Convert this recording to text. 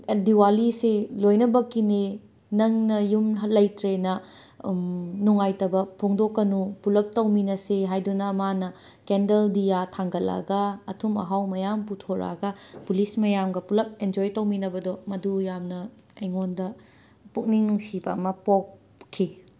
ꯗꯤꯋꯥꯂꯤꯁꯦ ꯂꯣꯏꯅꯃꯛꯀꯤꯅꯦ ꯅꯪꯅ ꯌꯨꯝ ꯂꯩꯇ꯭ꯔꯦꯅ ꯅꯨꯉꯥꯏꯇꯕ ꯐꯣꯡꯗꯣꯛꯀꯅꯨ ꯄꯨꯂꯞ ꯇꯧꯃꯤꯟꯅꯁꯤ ꯍꯥꯏꯗꯨꯅ ꯃꯥꯅ ꯀꯦꯟꯗꯜ ꯗꯤꯌꯥ ꯊꯥꯡꯒꯠꯜꯛꯑꯒ ꯑꯊꯨꯝ ꯑꯍꯥꯎ ꯃꯌꯥꯝ ꯄꯨꯊꯣꯔꯛꯑꯒ ꯄꯨꯂꯤꯁ ꯃꯌꯥꯝꯒ ꯄꯨꯂꯞ ꯑꯦꯟꯖꯣꯏ ꯇꯧꯃꯤꯟꯅꯕꯗꯣ ꯃꯗꯨ ꯌꯥꯝꯅ ꯑꯩꯉꯣꯟꯗ ꯄꯨꯛꯅꯤꯡ ꯅꯨꯡꯁꯤꯕ ꯑꯃ ꯄꯣꯛꯈꯤ